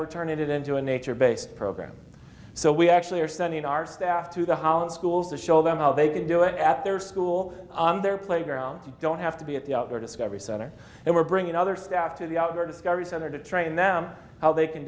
we're turning it into a nature based program so we actually are sending our staff to the holland schools to show them how they do it at their school on their playground you don't have to be at the outdoor discovery center and we're bringing other staff to the outdoor discovery center to train them how they can